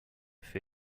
fut